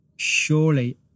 Surely